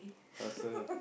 faster